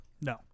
No